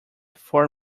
four